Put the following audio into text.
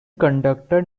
conductor